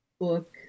book